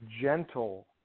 gentle